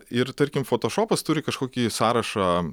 ir tarkim fotošopas turi kažkokį sąrašą